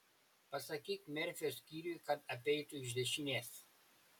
pasakyk merfio skyriui kad apeitų iš dešinės